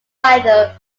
either